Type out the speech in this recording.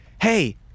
Hey